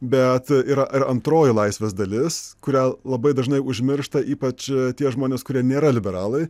bet yra ir antroji laisvės dalis kurią labai dažnai užmiršta ypač tie žmonės kurie nėra liberalai